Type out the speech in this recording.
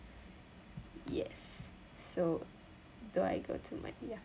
yes so do I go to my ya